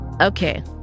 Okay